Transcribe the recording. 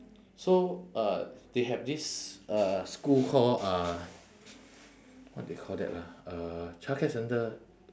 so uh they have this uh school called uh what they call that ah uh childcare centre